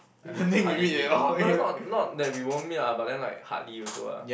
we hardly meet no that's not not that we won't meet lah but then like hardly also ah